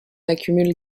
accumule